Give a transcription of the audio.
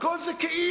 הכול זה כאילו.